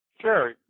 Sure